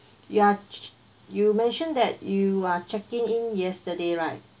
ya ju~ you mentioned that you are checking in yesterday right